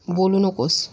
बोलू नकोस